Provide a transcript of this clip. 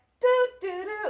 Do-do-do